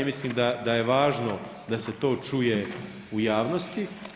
Mislim da je važno da se to čuje u javnosti.